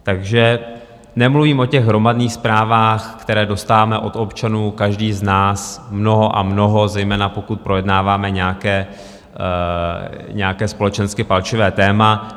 Takže nemluvím o těch hromadných zprávách, kterých dostáváme od občanů každý z nás mnoho a mnoho, zejména pokud projednáváme nějaké společensky palčivé téma.